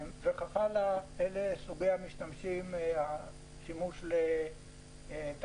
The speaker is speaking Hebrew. אלו הם סוגי המשתמשים, יש גם שימוש בתחנות